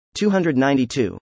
292